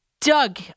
Doug